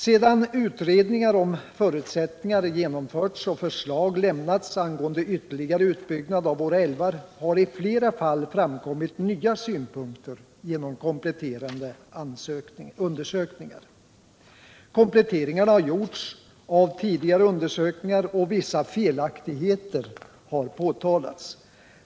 Sedan utredningar om förutsättningar genomförts och förslag lämnats angående ytterligare utbyggnad av våra älvar har i flera fall framkommit nya synpunkter genom kompletterande undersökningar. Kompletteringar har gjorts av tidigare undersökningar och vissa felaktigheter har påtalats.